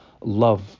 love